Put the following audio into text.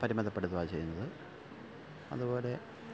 പരിമിതപ്പെടുത്തുകയാണ് ചെയ്യുന്നത് അതുപോലെ